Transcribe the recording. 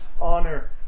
honor